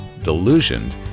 delusioned